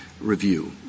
review